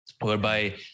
whereby